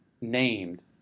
Named